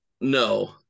No